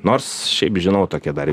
nors šiaip žinau tokią dar